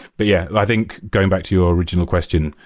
but yeah, i think going back to your original question,